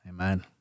Amen